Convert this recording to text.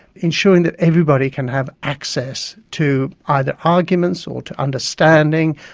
ensuring that everybody can have access to either arguments or to understanding,